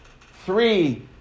three